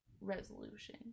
resolution